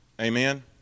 Amen